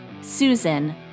Susan